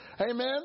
Amen